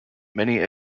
many